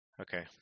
Okay